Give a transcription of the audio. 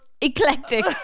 eclectic